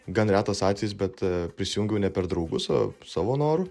gan retas atvejis bet prisijungiau ne per draugus o savo noru